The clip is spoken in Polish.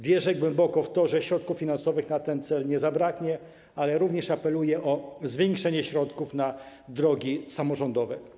Wierzę głęboko w to, że środków finansowych na ten cel nie zabraknie, ale również apeluję o zwiększenie środków na drogi samorządowe.